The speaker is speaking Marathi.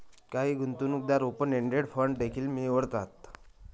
काही गुंतवणूकदार ओपन एंडेड फंड देखील निवडतात